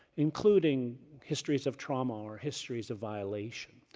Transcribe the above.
including histories of trauma or histories of violation.